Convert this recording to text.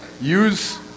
Use